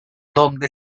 donde